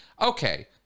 okay